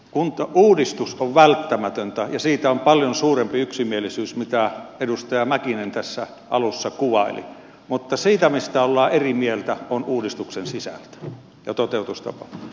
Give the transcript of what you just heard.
kuntauudistus on välttämätön ja siitä on paljon suurempi yksimielisyys kuin mitä edustaja mäkinen tässä alussa kuvaili mutta se mistä ollaan eri mieltä on uudistuksen sisältö ja toteutustapa